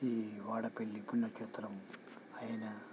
ఈ వాడపల్లి పుణ్యక్షేత్రం అయినా టెంపుల్లో మనం